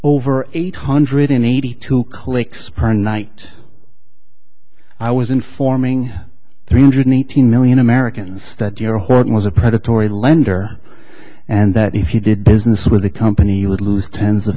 over eight hundred eighty two clicks per night i was informing three hundred nineteen million americans that your hoarding was a predatory lender and that if you did business with a company you would lose tens of